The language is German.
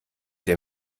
dem